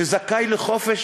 שזכאי לחופש